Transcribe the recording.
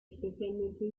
especialmente